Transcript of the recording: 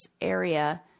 area